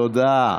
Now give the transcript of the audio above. תודה.